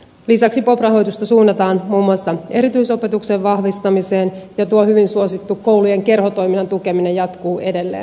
lisäksi pop rahoitusta suunnataan muun muassa erityisopetuksen vahvistamiseen ja tuo hyvin suosittu koulujen kerhotoiminnan tukeminen jatkuu edelleen